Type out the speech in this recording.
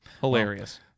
Hilarious